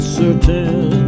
certain